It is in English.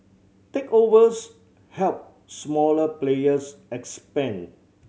takeovers helped smaller players expand